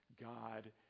God